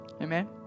Amen